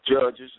judges